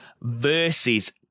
versus